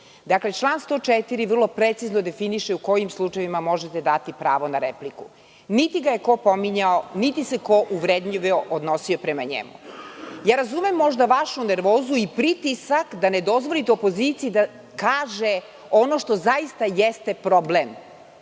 reč. Dakle član 104. vrlo precizno definiše u kojim slučajevima možete dati pravo na repliku. Niti ga je ko spominjao, niti se ko uvredljivo odnosio prema njemu. Razumem možda vašu nervozu i pritisak da ne dozvolite opoziciji da kaže ono što zaista jeste problem